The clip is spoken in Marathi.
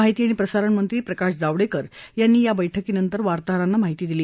माहिती आणि प्रसारण मंत्री प्रकाश जावडेकर यांनी या बैठकीनंतर वार्ताहरांना ही माहिती दिली